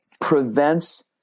prevents